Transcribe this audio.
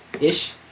ish